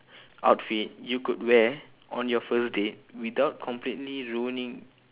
outfit you could wear on your first date without completely ruining